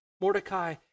Mordecai